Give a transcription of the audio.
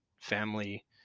family